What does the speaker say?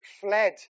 fled